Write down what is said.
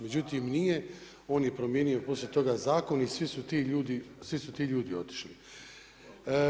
Međutim, nije, on je promijenio poslije toga zakon i svi su ti ljudi ostali.